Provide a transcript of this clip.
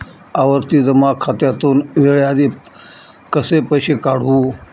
आवर्ती जमा खात्यातून वेळेआधी कसे पैसे काढू?